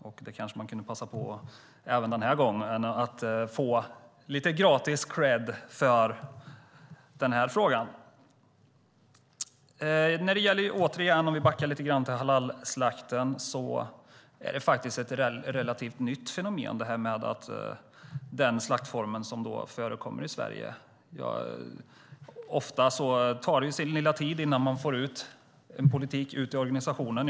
Regeringen kanske även den här gången kunde passa på att få lite gratis kredd för den här frågan. För att backa till halalslakten: Det är faktiskt ett relativt nytt fenomen med den slaktform som förekommer i Sverige. Ofta tar det sin lilla tid innan man får ut en politik i organisationen.